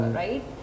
right